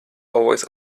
always